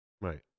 Right